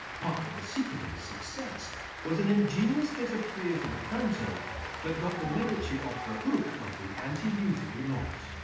part of the secret of his success was an ingenious bit of creative accounting that got the medici off the hook of the anti-usury laws.